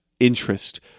Interest